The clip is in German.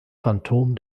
phantom